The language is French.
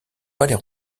palais